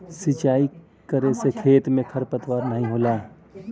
सिंचाई करे से खेत में खरपतवार नाहीं होला